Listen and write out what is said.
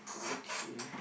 okay